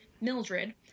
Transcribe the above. Mildred